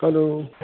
hello